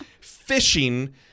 fishing